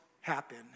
happen